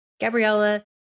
Gabriella